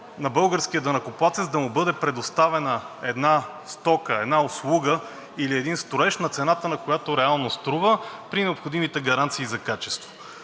на българския данъкоплатец да му бъде предоставена една стока, една услуга или един строеж на цената, на която реално струва, при необходимите гаранции за качество.